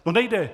No nejde.